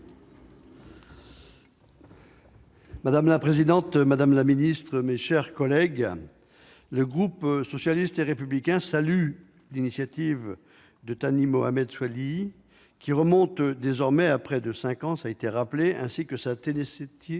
Madame la présidente, madame la secrétaire d'État, mes chers collègues, le groupe socialiste et républicain salue l'initiative de Thani Mohamed Soilihi, qui remonte désormais à près de cinq ans- cela a été rappelé -, ainsi que sa ténacité